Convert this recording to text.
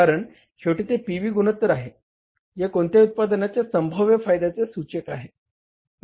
कारण शेवटी ते पी व्ही गुणोत्तर आहे जे कोणत्याही उत्पादनाच्या संभाव्य फायद्याचे सूचक आहे